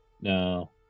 No